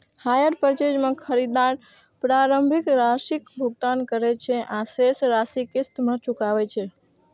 hire purchase मे खरीदार प्रारंभिक राशिक भुगतान करै छै आ शेष राशि किस्त मे चुकाबै छै